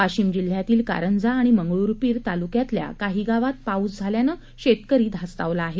वाशीम जिल्ह्यातील कारंजा आणि मंगरुळपीर तालुक्यातल्या काही गावात पाऊस झाल्यानं शेतकरी धास्तावला आहे